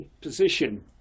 position